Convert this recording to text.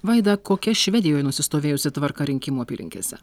vaida kokia švedijoje nusistovėjusi tvarka rinkimų apylinkėse